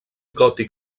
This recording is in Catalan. gòtic